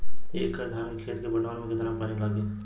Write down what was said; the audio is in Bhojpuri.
एक एकड़ धान के खेत के पटवन मे कितना पानी लागि?